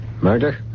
Murder